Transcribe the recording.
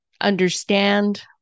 understand